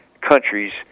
countries